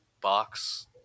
box